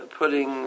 putting